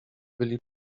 byli